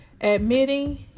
Admitting